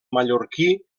mallorquí